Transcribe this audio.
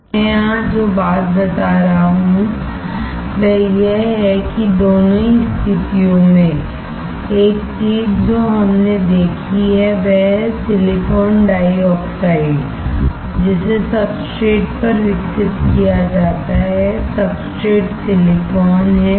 मैं यहां जो बात बता रहा हूं वह यह है कि दोनों ही स्थितियों में एक चीज जो हमने देखी है वह है सिलिकॉन डाइऑक्साइड जिसे सब्सट्रेट पर विकसित किया जाता है सब्सट्रेट सिलिकॉन है